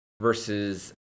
versus